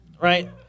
right